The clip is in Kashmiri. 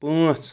پانٛژھ